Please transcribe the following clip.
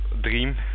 dream